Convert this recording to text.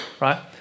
right